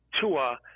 Tua –